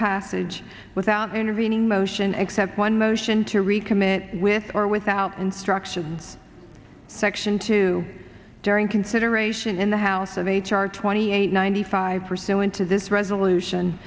passage without intervening motion except one motion to recommit with or without instructions section two during consideration in the house of h r twenty eight ninety five pursuant to this resolution